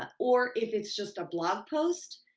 ah or if it's just a blog post,